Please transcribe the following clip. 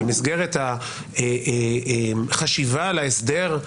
במסגרת החשיבה על ההסדר,